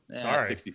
sorry